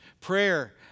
prayer